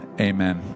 amen